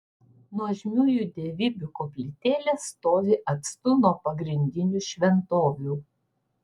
nuožmiųjų dievybių koplytėlės stovi atstu nuo pagrindinių šventovių